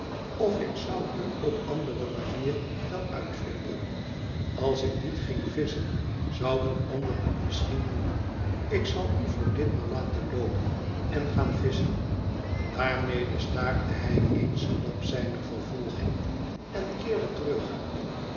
of ik zou u op andere manier wel uitvinden als ik niet ging visschen zou een ander het misschien doen ik zal u voor ditmaal laten loopen en gaan visschen daarmede staakte hij eensklaps zijne vervolging en keerde terug